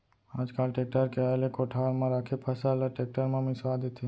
आज काल टेक्टर के आए ले कोठार म राखे फसल ल टेक्टर म मिंसवा देथे